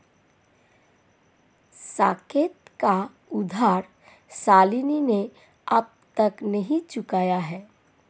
साकेत का उधार शालिनी ने अब तक नहीं चुकाया है